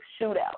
shootout